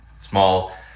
small